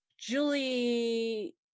julie